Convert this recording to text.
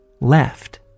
left